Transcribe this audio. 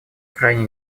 крайне